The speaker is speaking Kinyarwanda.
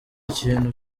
ikintu